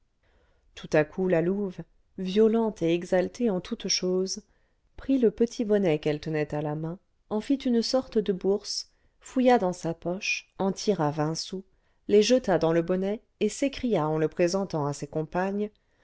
tout à coup la louve violente et exaltée en toute chose prit le petit bonnet qu'elle tenait à la main en fit une sorte de bourse fouilla dans sa poche en tira vingt sous les jeta dans le bonnet et s'écria en le présentant à ses compagnes